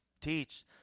teach